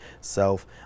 self